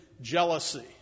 jealousy